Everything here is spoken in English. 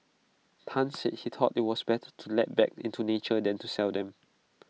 Tan said he thought IT was better to let back into nature than to sell them